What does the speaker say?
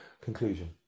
Conclusion